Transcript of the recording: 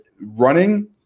running